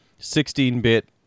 16-bit